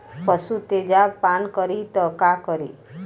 पशु तेजाब पान करी त का करी?